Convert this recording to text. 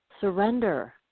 surrender